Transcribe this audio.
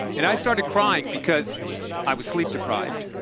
and i started crying because i was sleep deprived.